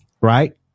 right